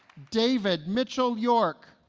david mitchell york